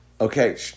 Okay